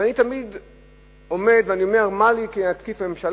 ואני תמיד עומד, ואני אומר: מה לי כי נתקיף ממשלה?